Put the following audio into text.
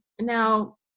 now